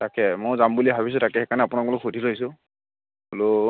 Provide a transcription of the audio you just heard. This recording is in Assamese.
তাকে ময়ো যাম বুলি ভাবিছোঁ তাকে সেইকাৰণে আপোনাক বোলো সুধি লৈছোঁ বোলো